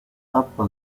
tappa